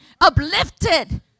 uplifted